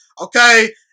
okay